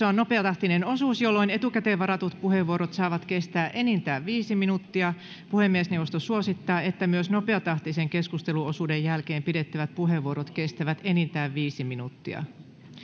on nopeatahtinen osuus jolloin etukäteen varatut puheenvuorot saavat kestää enintään viisi minuuttia puhemiesneuvosto suosittaa että myös nopeatahtisen keskusteluosuuden jälkeen pidettävät puheenvuorot kestävät enintään viisi minuuttia